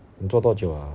你做多久了